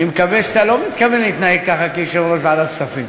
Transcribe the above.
אני מקווה שאתה לא מתכוון להתנהג ככה כיושב-ראש ועדת הכספים.